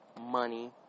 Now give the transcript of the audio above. money